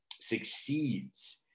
succeeds